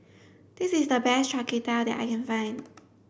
this is the best Char Kway Teow that I can find